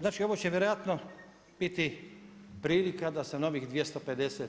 Znači ovo će vjerojatno biti prilika da sa novih 250